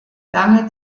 lange